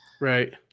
Right